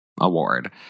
award